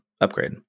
upgrade